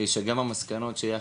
שגם המסקנות שיחד.